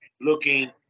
looking